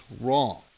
wrong